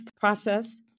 process